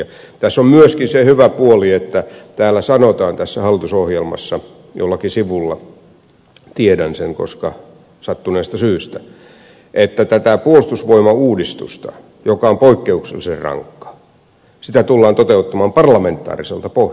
tässä on myöskin se hyvä puoli että tässä hallitusohjelmassa sanotaan jollakin sivulla tiedän sen sattuneesta syystä että tätä puolustusvoimauudistusta joka on poikkeuksellisen rankka tullaan toteuttamaan parlamentaariselta pohjalta